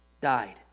died